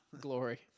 glory